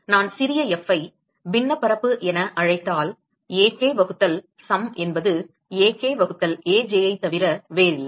எனவே நான் சிறிய f ஐ பின்னப் பரப்பு என அழைத்தால் Ak வகுத்தல் சம் என்பது Ak வகுத்தல் Aj ஐ தவிர வேறில்லை